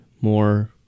more